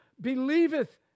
believeth